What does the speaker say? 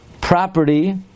property